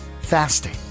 Fasting